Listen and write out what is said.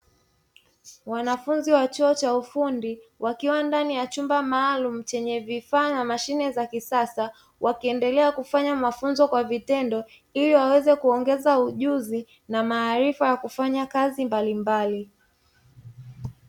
Wanafunzi wa chuo cha ufundi wakiwa ndani ya chumba maalumu chenye vifaa na mashine za kisasa wakiendelea kufanya mafunzo kwa vitendo ili waweze kuongeza ujuzi na maarifa ya kufanya kazi mbalimbali.